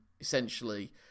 essentially